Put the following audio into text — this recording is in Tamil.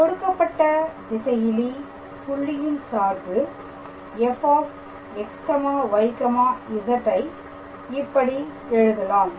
கொடுக்கப்பட்ட திசையிலி புள்ளியின் சார்பு fxyz ஐ இப்படி எழுதலாம்